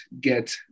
get